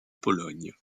pologne